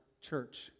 church